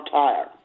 tire